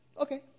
Okay